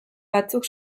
batzuk